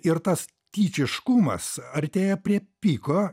ir tas tyčiškumas artėja prie piko